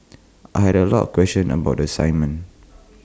I had A lot of questions about the assignment